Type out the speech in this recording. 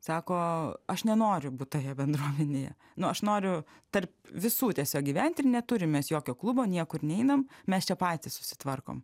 sako aš nenoriu būt toje bendruomenėje nu aš noriu tarp visų tiesiog gyventi ir neturim mes jokio klubo niekur neinam mes čia patys susitvarkom